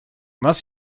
нас